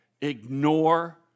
ignore